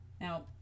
Now